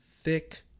thick